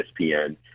ESPN